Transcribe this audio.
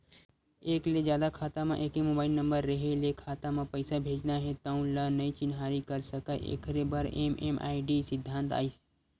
एक ले जादा खाता म एके मोबाइल नंबर रेहे ले खाता म पइसा भेजना हे तउन ल नइ चिन्हारी कर सकय एखरे बर एम.एम.आई.डी सिद्धांत आइस